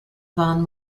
van